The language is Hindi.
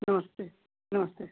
नमस्ते नमस्ते